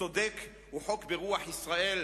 וצודק והוא חוק ברוח ישראל